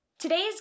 Today's